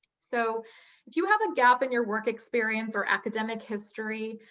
so if you have a gap in your work experience or academic history,